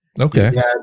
okay